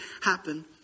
happen